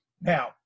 Now